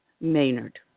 Maynard